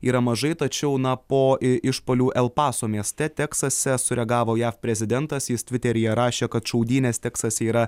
yra mažai tačiau na po i išpuolių el paso mieste teksase sureagavo jav prezidentas jis tviteryje rašė kad šaudynės teksase yra